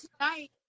tonight